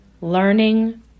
learning